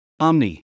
Omni